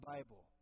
Bible